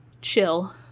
chill